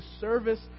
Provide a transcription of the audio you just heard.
service